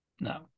No